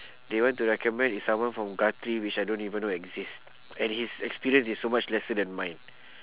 they want to recommend is someone from gathri which I don't even know exist and his experience is so much lesser than mine